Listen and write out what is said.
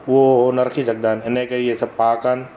उहो उहो न रखी सघंदा आहिनि हिन करे इहे पहाका आहिनि